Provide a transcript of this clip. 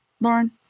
Lauren